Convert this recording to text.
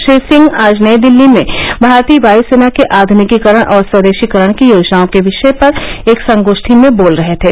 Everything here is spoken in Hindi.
श्री सिंह आज नई दिल्ली में भारतीय वायुसेना के आधुनिकीकरण और स्वदेशीकरण की योजनाओं के विषय पर एक संगोष्ठी में बोल रहे थे